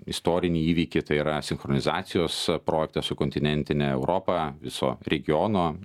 istorinį įvykį tai yra sinchronizacijos projektą su kontinentine europa viso regiono